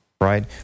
Right